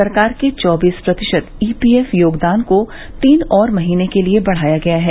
सरकार के चौबीस प्रतिशत ईपीएफ योगदान को तीन और महीने के लिए बढ़ाया गया है